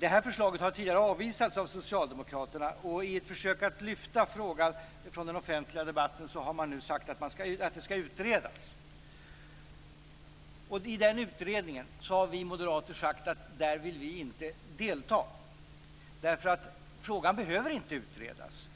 ge. Förslaget har tidigare avvisats av Socialdemokraterna. I ett försök att lyfta bort frågan från den offentliga debatten, har man sagt att frågan skall utredas. Vi moderater har sagt att vi inte vill delta i den utredningen. Frågan behöver inte utredas.